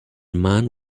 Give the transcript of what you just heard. man